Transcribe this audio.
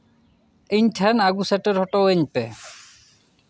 ᱤᱧ ᱴᱷᱮᱱ ᱟᱹᱜᱩ ᱥᱮᱴᱮᱨ ᱟᱹᱧ ᱯᱮ